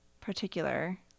particular